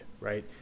right